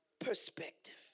perspective